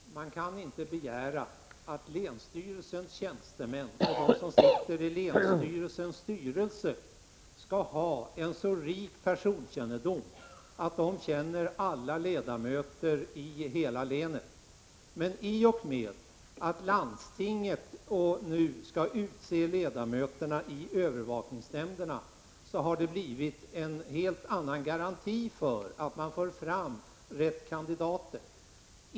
Herr talman! Man kan inte begära att länsstyrelsens tjänstemän och de som sitter i länsstyrelsens styrelse skall ha en så god personkännedom att de känner alla ledamöter i hela länet. Men i och med att landstinget utser ledamöterna i övervakningsnämnderna har det blivit en helt annan garanti för att man får fram de lämpliga kandidaterna.